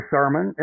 Sermon